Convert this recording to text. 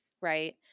right